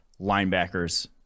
linebackers